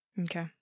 Okay